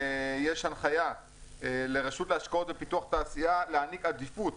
יש הנחייה לרשות להשקעות בפיתוח התעשייה להעניק עדיפות